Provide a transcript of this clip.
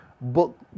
book